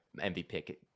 MVP –